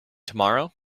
tomorrow